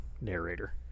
narrator